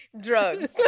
Drugs